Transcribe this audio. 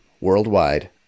worldwide